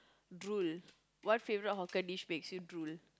drool what favourite hawker dish makes you drool